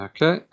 Okay